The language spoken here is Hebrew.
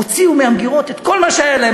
הוציאו מהמגירות את כל מה שהיה להם,